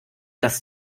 dass